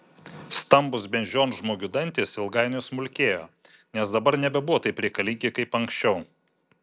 stambūs beždžionžmogių dantys ilgainiui smulkėjo nes dabar nebebuvo taip reikalingi kaip anksčiau